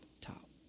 top